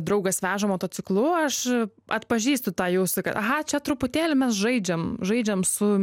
draugas veža motociklu aš atpažįstu tą jau suka aha čia truputėlį mes žaidžiam žaidžiam su